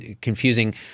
confusing